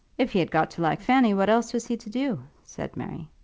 if he had got to like fanny what else was he to do? said mary.